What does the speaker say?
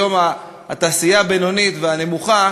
היום התעשייה הבינונית והנמוכה